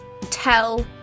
tell